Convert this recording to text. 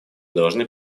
должны